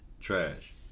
Trash